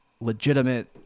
legitimate